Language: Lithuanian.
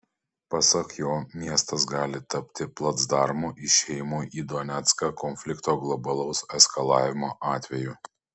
pasak jo miestas gali tapti placdarmu išėjimui į donecką konflikto globalaus eskalavimo atveju